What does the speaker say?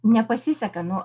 nepasiseka nu